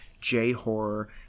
J-horror